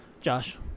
Josh